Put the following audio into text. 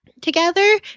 together